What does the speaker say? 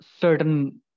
certain